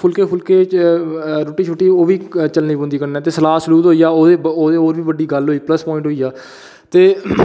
फुल्के रुट्टी ओह्बी चलनी पौंदी कन्नै ते सलाद होइया ओह्दे ई होर बी बड्डी गल्ल होई प्लस प्वॉइंट होई गेआ ते